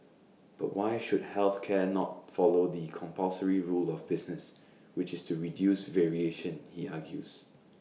but why should health care not follow the compulsory rule of business which is to reduce variation he argues